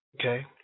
Okay